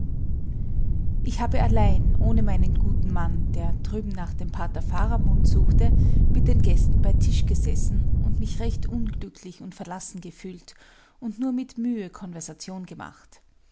ich habe allein ohne meinen guten mann der drüben nach dem pater faramund suchte mit den gästen bei tisch gesessen und mich recht unglücklich und verlassen gefühlt und nur mit mühe konversation gemacht